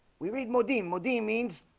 we read modey modey means